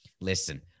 Listen